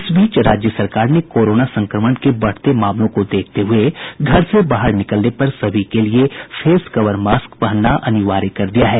इस बीच राज्य सरकार ने कोरोना संक्रमण के बढ़ते मामले को देखते हुए घर से बाहर निकलने पर सभी के लिए फेस कवर मास्क पहनना अनिवार्य कर दिया है